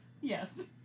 Yes